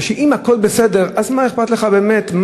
כי אם הכול בסדר מה אכפת לך, באמת?